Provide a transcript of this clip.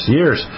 years